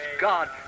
God